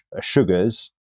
sugars